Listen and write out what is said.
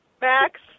Max